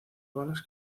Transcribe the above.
balas